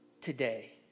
today